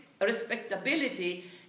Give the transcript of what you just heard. respectability